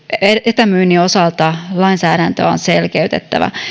etämyynnin osalta lainsäädäntöä on selkeytettävä